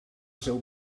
seu